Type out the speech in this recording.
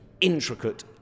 intricate